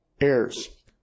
heirs